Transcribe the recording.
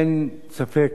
אין ספק